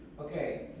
Okay